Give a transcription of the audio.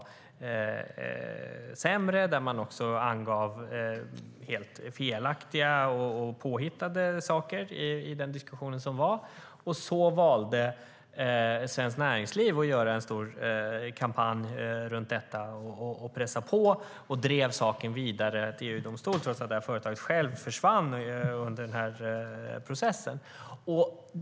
I diskussionen angavs helt felaktiga och påhittade saker. Sedan valde Svenskt Näringsliv att göra en stor kampanj runt detta. De pressade på och drev saken vidare till EU-domstolen trots att företaget självt försvann under processen.